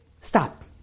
Stop